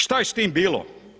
Što je s tim bilo?